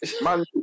Man